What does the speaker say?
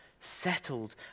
settled